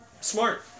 Smart